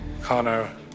Connor